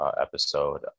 episode